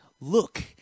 Look